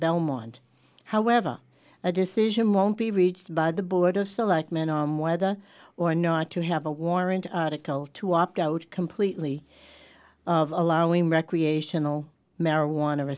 belmont however a decision won't be reached by the board of selectmen arm whether or not to have a warrant article to opt out completely allowing recreational marijuana